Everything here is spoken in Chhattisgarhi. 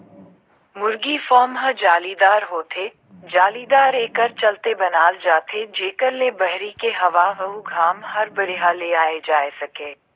मुरगी फारम ह जालीदार होथे, जालीदार एकर चलते बनाल जाथे जेकर ले बहरी के हवा अउ घाम हर बड़िहा ले आये जाए सके